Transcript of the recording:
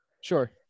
sure